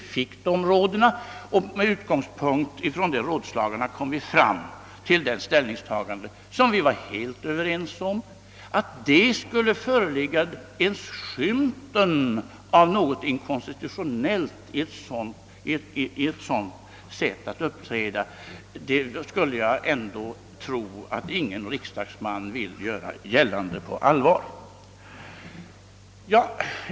Då fick vi det önskade rådet, och med utgångspunkt därifrån kom vi fram till vårt ställningstagande, som vi var helt överens om. Jag skulle väl tro att ingen riksdagsman på allvar vill göra gällande att det föreligger ens skymten av något inkonstitutionellt i ett sådant sätt att uppträda.